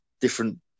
different